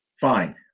fine